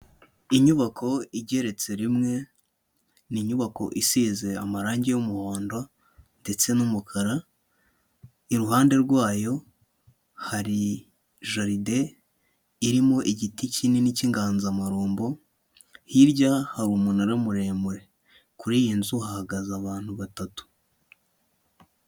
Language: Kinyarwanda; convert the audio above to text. Inyubako igeretse rimwe, ni inyubako isize amarangi y’umuhondo ndetse n’umukara, iruhande rwayo, hari jaride irimo igiti kinini cy’inganzamarumbo, hirya, hari umunara muremure. Kuri iyi nzu, hahagaze abantu batatu.